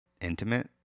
intimate